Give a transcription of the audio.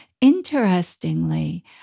Interestingly